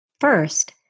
First